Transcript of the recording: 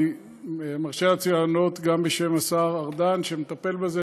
אני מרשה לעצמי לענות גם בשם השר ארדן, שמטפל בזה.